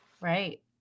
Right